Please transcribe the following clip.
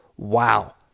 Wow